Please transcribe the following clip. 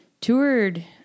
toured